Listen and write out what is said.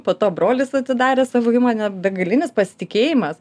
po to brolis atidarė savo įmonę begalinis pasitikėjimas